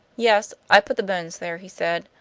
yes i put the bones there, he said.